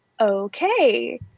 okay